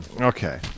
Okay